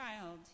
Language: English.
child